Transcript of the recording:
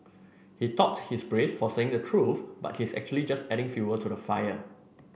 he thought he's brave for saying the truth but he's actually just adding fuel to the fire